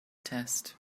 test